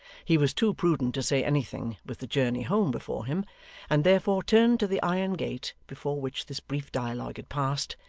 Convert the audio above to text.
he was too prudent to say anything, with the journey home before him and therefore turned to the iron gate before which this brief dialogue had passed,